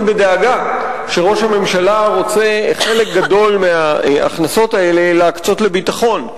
בדאגה שראש הממשלה רוצה חלק גדול מההכנסות האלה להקצות לביטחון.